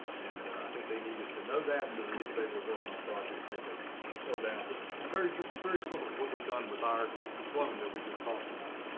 and i think they needed to know that. so if they were working on projects, they could slow down just very this is very similar to what we've done with our loan that we just talked about,